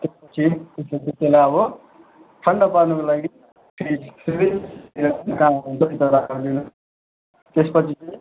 त्यसपछि त्यसपछि त्यसलाई अब ठन्डा पार्नुको लागि त्यहाँदेखि फेरि त्यसपछि चाहिँ